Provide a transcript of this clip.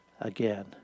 again